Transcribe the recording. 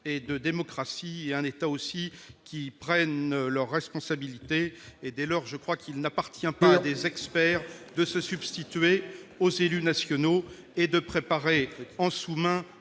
de démocratie, et un État qui prenne ses responsabilités. Il faut conclure. Dès lors, je crois qu'il n'appartient pas à des experts de se substituer aux élus nationaux et de préparer, en sous-main,